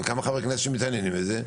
כמה חברי כנסת שמתעניינים בזה,